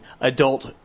adult